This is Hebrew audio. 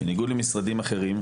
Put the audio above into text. בניגוד למשרדים אחרים,